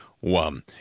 one